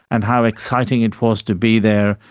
and how exciting it was to be there.